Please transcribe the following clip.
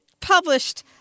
published